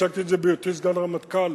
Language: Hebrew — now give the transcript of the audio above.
הצגתי את זה בהיותי סגן הרמטכ"ל.